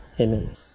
Amen